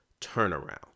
turnaround